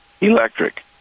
electric